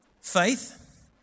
Faith